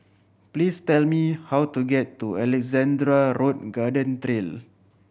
please tell me how to get to Alexandra Road Garden Trail